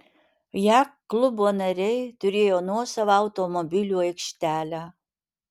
jachtklubo nariai turėjo nuosavą automobilių aikštelę